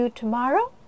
tomorrow